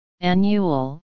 Annual